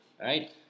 Right